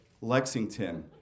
Lexington